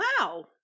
Wow